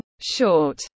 short